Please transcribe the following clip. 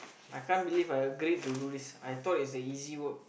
I can't believe I agreed do this I though is a easy work